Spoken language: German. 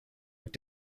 mit